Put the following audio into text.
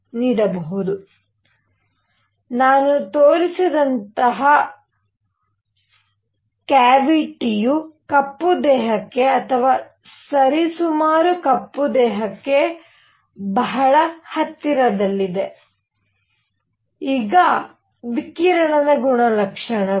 ಆದ್ದರಿಂದ ನಾನು ತೋರಿಸಿದಂತಹ ಕ್ಯಾವಿಟಿಯು ಕಪ್ಪು ದೇಹಕ್ಕೆ ಅಥವಾ ಸರಿಸುಮಾರು ಕಪ್ಪು ದೇಹಕ್ಕೆ ಬಹಳ ಹತ್ತಿರದಲ್ಲಿದೆ ಈಗ ವಿಕಿರಣದ ಗುಣಲಕ್ಷಣಗಳು